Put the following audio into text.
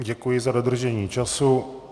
Děkuji za dodržení času.